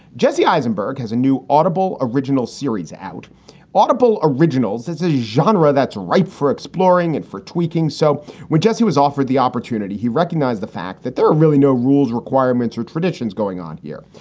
jesse eisenberg has a new audible original series out audible originals as a genre that's ripe for exploring and for tweaking. so when jesse was offered the opportunity, he recognized the fact that there are really no rules, requirements or traditions going on here.